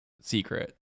secret